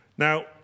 Now